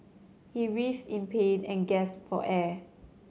he writhed in pain and gasped for air